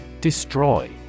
Destroy